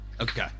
Okay